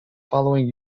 following